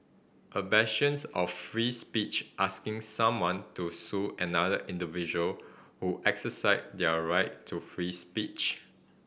a bastions of free speech asking someone to sue another individual who exercised their right to free speech